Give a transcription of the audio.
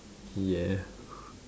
yeah